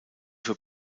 für